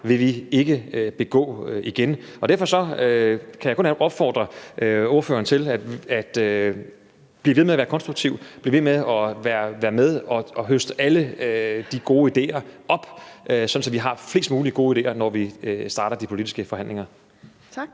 vil vi ikke begå. Derfor kan jeg kun opfordre ordføreren til at blive ved med at være konstruktiv og blive ved med at være med og høste alle de gode ideer, han kan, sådan at vi har flest mulige gode ideer at arbejde med, når vi starter de politiske forhandlinger. Kl.